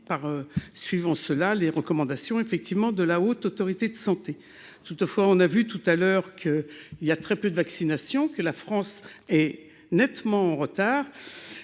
suivant en cela les recommandations effectivement de la Haute autorité de santé toutefois, on a vu tout à l'heure qu'il y a très peu de vaccination que la France est nettement en retard